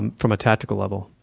and from a tactical level.